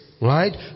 right